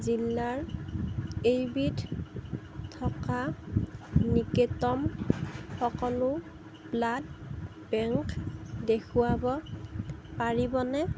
জিলাৰ এইবিধ থকা নিকটতম সকলো ব্লাড বেংক দেখুৱাব পাৰিবনে